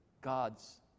God's